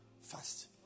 fast